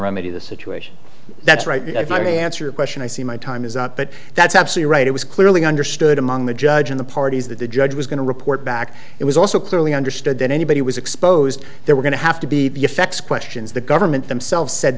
remedy the situation that's right if i may answer question i see my time is up but that's absolutely right it was clearly understood among the judge and the parties that the judge was going to report back it was also clearly understood that anybody was exposed there were going to have to be the effects questions the government themselves said